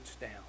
down